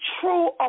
true